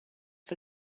for